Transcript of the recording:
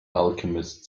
alchemist